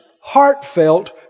heartfelt